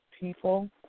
people